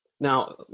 Now